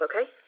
okay